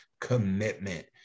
commitment